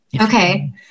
Okay